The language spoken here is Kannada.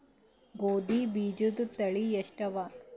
ಗೋಧಿ ಬೀಜುದ ತಳಿ ಎಷ್ಟವ?